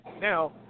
Now